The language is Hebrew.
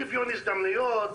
שוויון הזדמנויות,